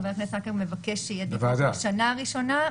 חבר הכנסת מקלב מבקש שיהיה דיווח שנה ראשונה,